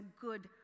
good